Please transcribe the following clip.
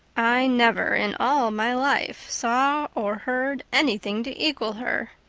i never in all my life saw or heard anything to equal her,